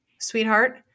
sweetheart